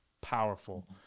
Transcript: Powerful